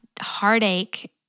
heartache